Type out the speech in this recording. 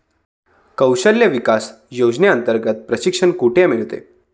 कौशल्य विकास योजनेअंतर्गत प्रशिक्षण कुठे मिळेल?